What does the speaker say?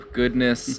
goodness